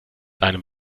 einem